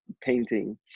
painting